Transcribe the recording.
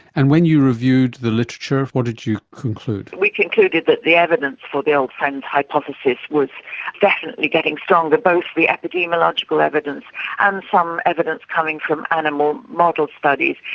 and when you reviewed the literature, what did you conclude? we concluded that the evidence for the old friends hypothesis was definitely getting stronger, both the epidemiological evidence and some evidence coming from animal model studies.